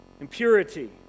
impurity